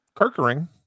Kirkering